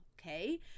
okay